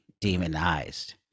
demonized